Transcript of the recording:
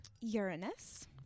Uranus